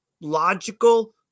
logical